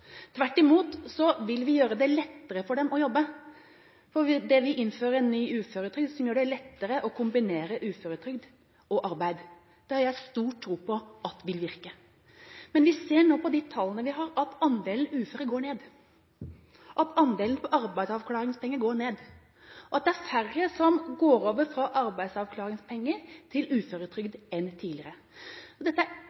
Tvert imot vil vi gjøre det lettere for dem å jobbe, fordi vi innfører en uføretrygd som gjør det lettere å kombinere uføretrygd og arbeid. Det har jeg stor tro på vil virke. Men vi ser nå på de tallene vi har, at andelen uføre går ned, at andelen på arbeidsavklaringspenger går ned, og at det er færre som går over fra arbeidsavklaringspenger til